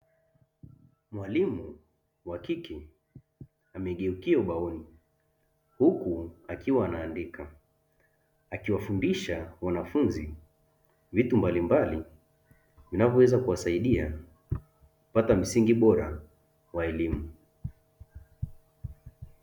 Mwalimu wa kike amegeukia ubaoni, huku akiwa anaandika akiwafundisha wanafunzi vitu mbalimbali vinavyoweza kuwasaidia kupata msingi bora wa elimu.